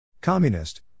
Communist